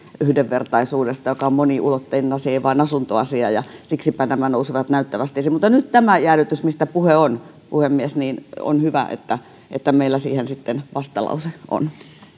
yhdenvertaisuudesta joka on moniulotteinen asia ei vaan asuntoasia ja siksipä nämä nousivat näyttävästi esiin mutta nyt tämä jäädytys mistä puhe on puhemies on hyvä että että meillä siihen vastalause on